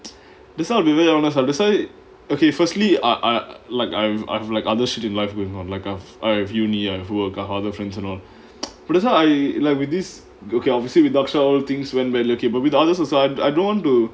It sounds wierd that's why okay firstly I I like I I'm like other student life going on like um I have university I have work I have other friends and all but that's why I like with this okay obviously with dakshar things went badly okay but with others also like I don't want to